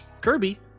kirby